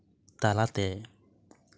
ᱛᱟᱞᱟᱛᱮ